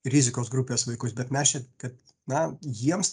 rizikos grupės vaikus bet mes čia kad na jiems